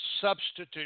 substitute